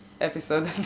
episode